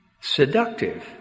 seductive